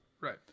right